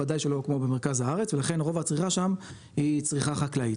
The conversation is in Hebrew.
וודאי שלא כמו במרכז הארץ ולכן רוב הצריכה שם היא צריכה חקלאית.